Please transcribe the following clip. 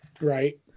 Right